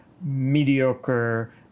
mediocre